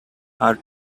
are